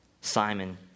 Simon